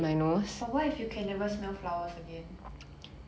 but what if you can never smell flowers again